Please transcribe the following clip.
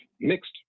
mixed